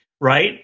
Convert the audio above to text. Right